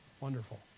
wonderful